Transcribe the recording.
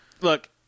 look